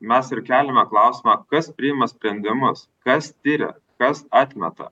mes ir keliame klausimą kas priima sprendimus kas tiria kas atmeta